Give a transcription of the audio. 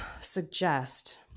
suggest